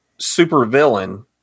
supervillain